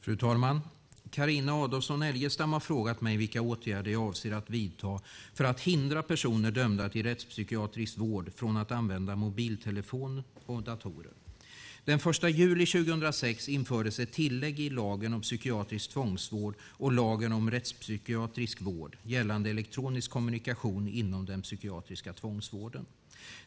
Fru talman! Carina Adolfsson Elgestam har frågat mig vilka åtgärder jag avser att vidta för att hindra personer dömda till rättspsykiatrisk vård från att använda mobiltelefon och datorer. Den 1 juli 2006 infördes ett tillägg i lagen om psykiatrisk tvångsvård och lagen om rättspsykiatrisk vård gällande elektronisk kommunikation inom den psykiatriska tvångsvården.